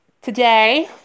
Today